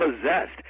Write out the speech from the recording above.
possessed